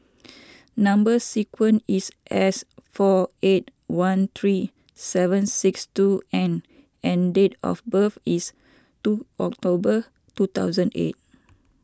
Number Sequence is S four eight one three seven six two N and date of birth is two October two thousand eight